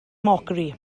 mockery